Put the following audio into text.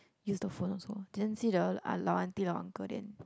use the phone also didn't see the ah lao aunty lao uncle then